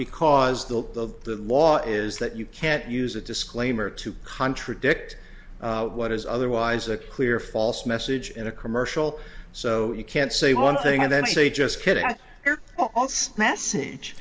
because the law is that you can't use a disclaimer to contradict what is otherwise a clear false message in a commercial so you can't say one thing and then say just kidding